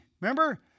Remember